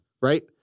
right